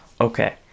Okay